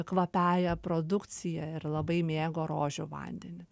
kvapiąja produkcija ir labai mėgo rožių vandenį